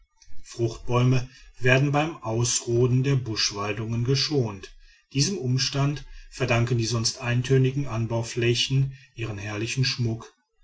fruchtbäume werden beim ausroden der buschwaldungen geschont diesem umstand verdanken die sonst eintönigen anbauflächen ihren herrlichen schmuck